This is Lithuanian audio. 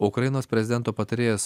ukrainos prezidento patarėjas